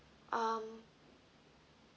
um